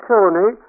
Tony